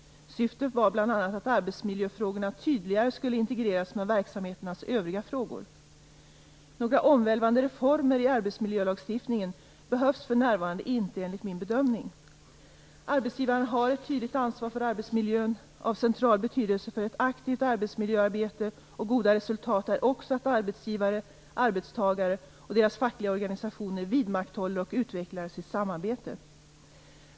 Syftet var bl.a. att arbetsmiljöfrågorna tydligare skulle integreras med verksamheternas övriga frågor. Några omvälvande reformer i arbetsmiljölagstiftningen behövs för närvarande inte enligt min bedömning. Arbetsgivarna har ett tydligt ansvar för arbetsmiljön. Av central betydelse för ett aktivt arbetsmiljöarbete och goda resultat är också att arbetsgivare, arbetstagare och deras fackliga organisationer vidmakthåller och utvecklar sitt samarbete.